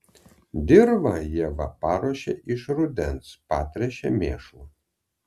dirvą ieva paruošia iš rudens patręšia mėšlu